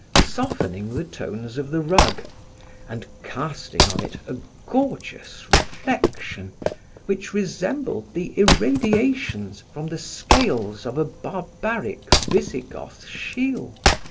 softening the tones of the rug and casting on it a gorgeous reflection which resembled the irradiations from the scales of a barbaric visigoth shield.